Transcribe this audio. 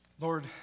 Lord